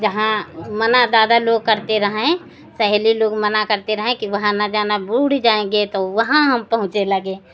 जहाँ मना दादा लोग करते रहे सहेली लोग मना करती रही कि वहाँ मत जाना बुड़ जाएँगे तो वहाँ हम पहुँचने लगे